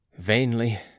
vainly